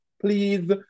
Please